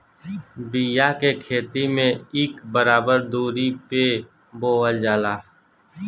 बिया के खेती में इक बराबर दुरी पे बोवल जाला